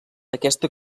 aquesta